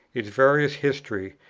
its various history,